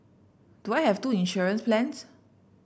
do I have two insurance plans